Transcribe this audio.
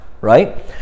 right